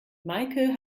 meike